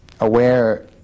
aware